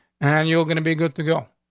and you're gonna be good to go.